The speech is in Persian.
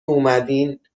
اومدین